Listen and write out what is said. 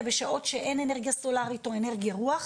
בשעות שאין אנרגיה סולארית או אנרגיית רוח,